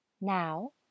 Now